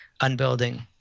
unbuilding